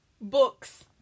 Books